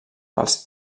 pels